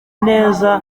neza